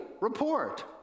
report